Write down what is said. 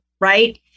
right